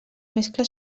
mescla